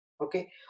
Okay